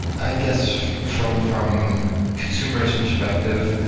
i guess, from from consumers' perspective,